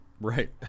Right